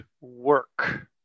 work